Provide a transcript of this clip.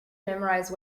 memorize